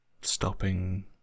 stopping